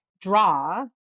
draw